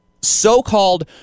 so-called